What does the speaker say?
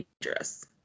dangerous